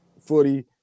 footy